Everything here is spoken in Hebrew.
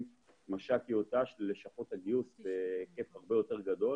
מש"קיות ת"ש ללשכות הגיוס בהיקף הרבה יותר גדול